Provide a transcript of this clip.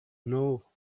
know